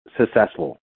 successful